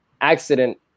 accident